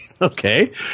Okay